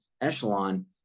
echelon